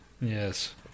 Yes